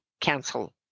cancel